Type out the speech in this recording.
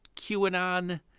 QAnon